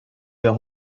wir